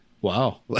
Wow